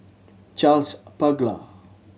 Charles Paglar